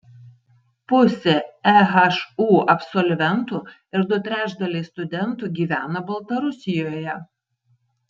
pusė ehu absolventų ir du trečdaliai studentų gyvena baltarusijoje